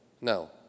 no